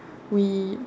we